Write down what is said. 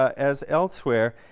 as elsewhere,